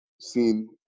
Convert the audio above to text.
seen